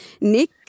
Nick